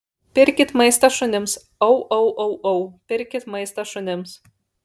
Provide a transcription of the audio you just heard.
pirkit maistą šunims au au au au pirkit maistą šunims